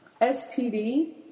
SPD